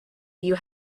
you